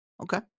Okay